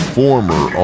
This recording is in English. former